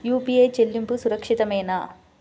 UPI చెల్లింపు సురక్షితమేనా?